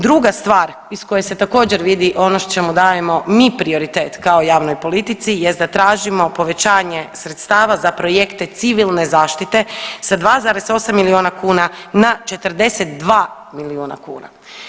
Druga stvar iz koje se također vidi ono čemu dajemo mi prioritet kao javnoj politici jest da tražimo povećanje sredstava za projekte civilne zaštite sa 2,8 miliona kuna na 42 miliona kuna.